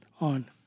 on